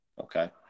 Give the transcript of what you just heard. Okay